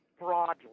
broadly